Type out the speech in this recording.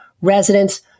residents